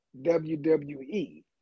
WWE